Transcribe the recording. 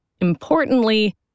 Importantly